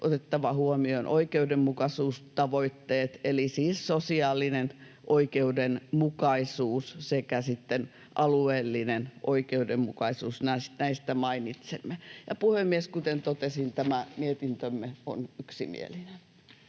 otettava huomioon myös oikeudenmukaisuustavoitteet eli siis sosiaalinen oikeudenmukaisuus sekä sitten alueellinen oikeudenmukaisuus. Näistä mainitsemme. Puhemies! Kuten totesin, tämä mietintömme on yksimielinen.